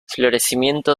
florecimiento